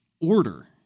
order